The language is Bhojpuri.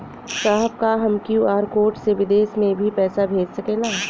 साहब का हम क्यू.आर कोड से बिदेश में भी पैसा भेज सकेला?